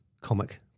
comic